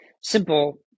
simple